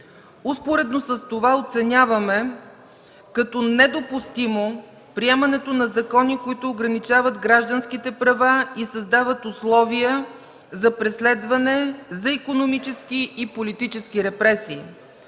Успоредно с това оценяваме като недопустимо приемането на закони, които ограничават гражданските права и създават условия за преследване, за икономически и политически репресии.